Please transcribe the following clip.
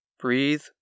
Breathe